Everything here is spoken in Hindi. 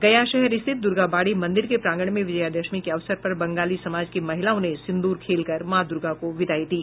गया शहर स्थित दुर्गाबाड़ी मंदिर के प्रांगण में विजयादशमी के अवसर पर बंगाली समाज की महिलाओं ने सिंदूर खेलकर मां दुर्गा को विदाई दी